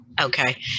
Okay